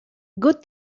good